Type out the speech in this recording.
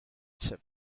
chip